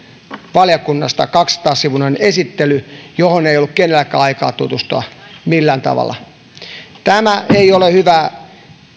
valiokunnasta kaksisataa sivuinen esittely johon ei ollut kenelläkään aikaa tutustua millään tavalla tämä ei ole hyvää